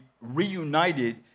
reunited